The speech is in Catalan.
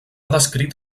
descrit